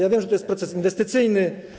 Ja wiem, że to jest proces inwestycyjny.